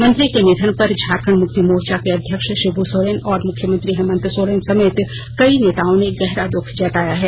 मंत्री के निधन पर झारखंड मुक्ति मोर्चा के अध्यक्ष शिब् सोरेन और मुख्यमंत्री हेमंत सोरेन समेत कई नेताओं ने गहरा दूःख जताया है